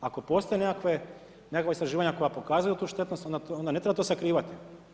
Ako postoje neka istraživanja koja pokazuju tu štetnost, onda ne treba to sakrivati.